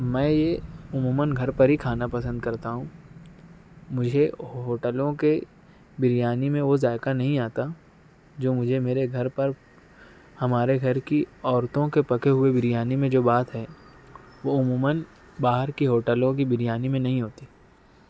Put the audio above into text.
میں یہ عموماََ گھر پر ہی کھانا پسند کرتا ہوں مجھے ہوٹلوں کے بریانی میں وہ ذائقہ نہیں آتا جو مجھے میرے گھر پر ہمارے گھر کی عورتوں کے پکے ہوئے بریانی میں جو بات ہے وہ عموماََ باہر کے ہوٹلوں کی بریانی میں نہیں ہوتی